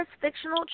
fictional